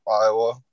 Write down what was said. Iowa